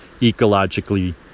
ecologically